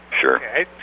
Sure